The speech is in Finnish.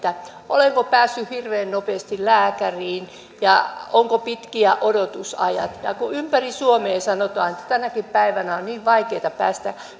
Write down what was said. olenko päässyt hirveän nopeasti lääkäriin ja ovatko odotusajat pitkiä kun ympäri suomea sanotaan että tänäkin päivänä on niin vaikeata päästä